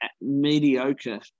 mediocre